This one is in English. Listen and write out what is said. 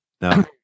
No